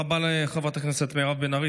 תודה רבה לחברת הכנסת מירב בן ארי.